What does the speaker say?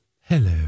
hello